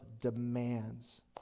demands